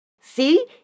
See